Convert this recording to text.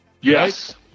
Yes